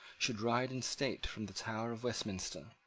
should ride in state from the tower of westminster.